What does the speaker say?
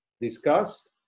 discussed